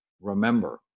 remember